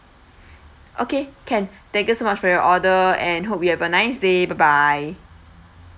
okay can thank you so much for your order and hope you have a nice day bye bye